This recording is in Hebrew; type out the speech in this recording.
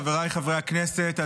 חבריי חברי הכנסת,